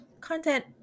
content